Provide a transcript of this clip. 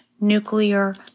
nuclear